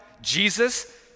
Jesus